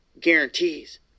guarantees